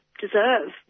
deserve